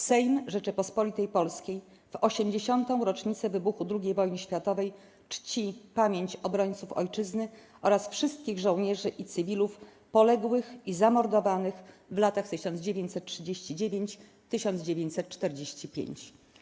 Sejm Rzeczypospolitej Polskiej w 80. rocznicę wybuchu II Wojny Światowej czci pamięć obrońców Ojczyzny oraz wszystkich żołnierzy i cywilów poległych i zamordowanych w latach 1939-1945”